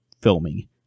filming